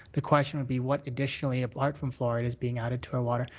the question would be what additionally apart from fluoride is being added to our water.